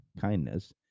kindness